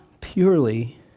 purely